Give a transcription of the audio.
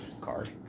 card